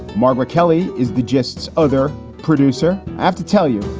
margaret kelly is the gists other producer. i have to tell you,